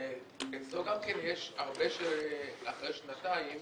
אצלו גם כן יש הרבה שאחרי שנתיים